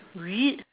read